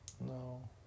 no